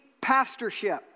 pastorship